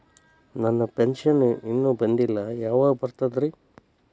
ನನ್ನ ಪೆನ್ಶನ್ ಇನ್ನೂ ಬಂದಿಲ್ಲ ಯಾವಾಗ ಬರ್ತದ್ರಿ?